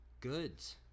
Goods